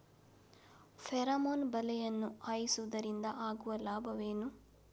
Pheromone ಬಲೆಯನ್ನು ಹಾಯಿಸುವುದರಿಂದ ಆಗುವ ಲಾಭವೇನು?